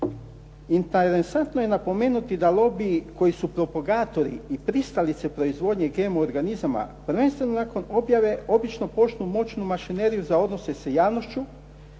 Interesantno je napomenuti da su lobiji koji su propagatori i pristalice proizvodnje GMO organizama, prvenstveno nakon objave obično počnu moćnu mašineriju za odnose sa javnošću